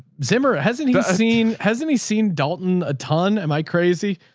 zimmer hasn't even seen has any seen dalton a ton? am i crazy?